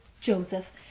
Joseph